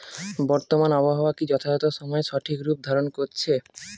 বর্তমানে আবহাওয়া কি যথাযথ সময়ে সঠিক রূপ ধারণ করছে?